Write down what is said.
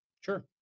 Sure